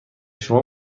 شما